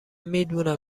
میدونم